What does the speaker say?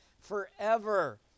forever